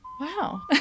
wow